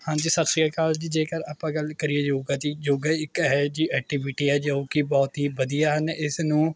ਹਾਂਜੀ ਸਤਿ ਸ਼੍ਰੀ ਅਕਾਲ ਜੀ ਜੇਕਰ ਆਪਾਂ ਗੱਲ ਕਰੀਏ ਯੋਗਾ ਦੀ ਯੋਗਾ ਇੱਕ ਇਹੇ ਜੀ ਐਕਟੀਵਿਟੀ ਹੈ ਜੋ ਕਿ ਬਹੁਤ ਹੀ ਵਧੀਆ ਹਨ ਇਸ ਨੂੰ